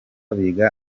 biga